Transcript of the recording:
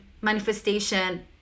manifestation